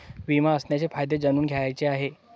विमा असण्याचे फायदे जाणून घ्यायचे आहे